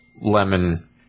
Lemon